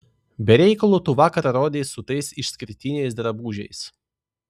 be reikalo tu vakar rodeis su tais išskirtiniais drabužiais